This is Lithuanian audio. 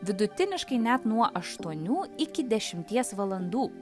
vidutiniškai net nuo aštuonių iki dešimties valandų